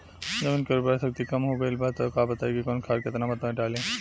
जमीन के उर्वारा शक्ति कम हो गेल बा तऽ बताईं कि कवन खाद केतना मत्रा में डालि?